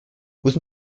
was